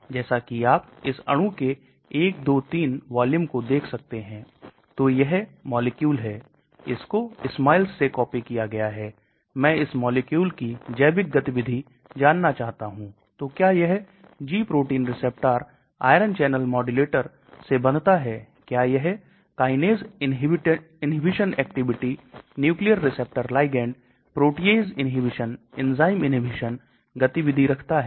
इसलिए आयनीकरण योग्य समूहों को जोड़ना LogP को कम करना हाइड्रोजन बांड को जोड़ना ध्रुवीय समूहों को जोड़ना आणविक भार को कम करना सतह के बाहर प्रतिस्थापन करना मैंने आपको एक दिखाया ताकि क्रिस्टलीय पैकिंग कम हो एक prodrug का निर्माण करें यह सभी विभिन्न रणनीतियां है जो घुलनशीलता में सुधार कर सकती है